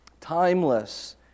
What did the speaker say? timeless